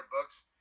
books